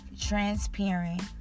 transparent